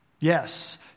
Yes